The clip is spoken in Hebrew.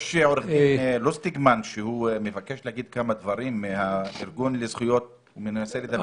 יש את עורך דין לוסטיגמן מהארגון לזכויות שבמבקש להגיד כמה דברים.